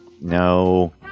no